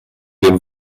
den